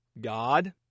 God